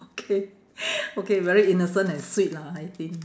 okay okay very innocent and sweet lah eighteen